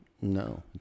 No